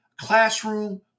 classroom